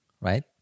right